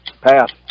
pass